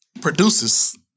produces